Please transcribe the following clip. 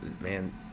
man